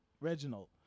Reginald